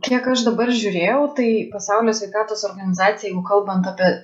kiek aš dabar žiūrėjau tai pasaulio sveikatos organizacija jeigu kalbant apie